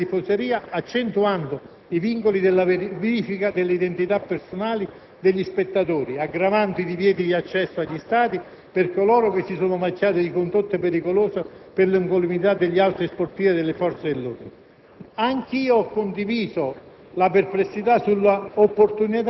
materia di sicurezza negli stadi, sanzioni relative alle prevenzioni, al controllo delle tifoseria, accentuando i vincoli della verifica delle identità personali degli spettatori, aggravando i divieti di accesso agli stadi per coloro che si sono macchiati di condotte pericolose per l'incolumità degli altri sportivi e delle forze dell'ordine.